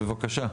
כן, בבקשה.